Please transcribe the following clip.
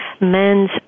men's